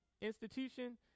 institution